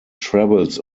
travels